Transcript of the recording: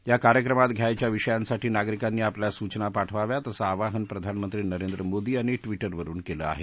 या कार्यक्रमात घ्यायच्या विषयांसाठी नागरिकांनी आपल्या सूचना पाठवाव्यात असं आवाहन प्रधानमंत्री नरेंद्र मोदी यांनी ट्विरवरून केलं आहे